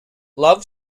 love